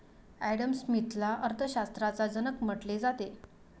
Adam स्मिथला अर्थ शास्त्राचा जनक म्हटले जाते